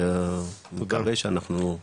ומקווה שאנחנו נצליח.